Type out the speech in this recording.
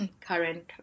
current